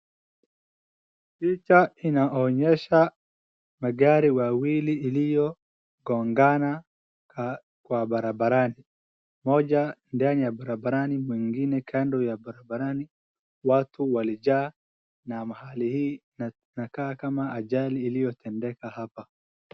Picha inaonyesha magari wawili iliyo gongana kwa barabarani. Moja ndani ya barabarani, mwingine kando ya barabarani. Watu walijaa, na mahali hii inakaa kama ajali iliyotendeka hapa.